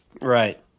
right